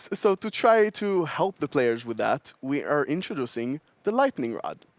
so to try to help the players with that, we are introducing the lightning rod.